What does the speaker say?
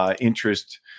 interest